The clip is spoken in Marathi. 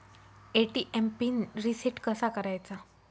ए.टी.एम पिन रिसेट कसा करायचा?